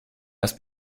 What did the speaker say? erst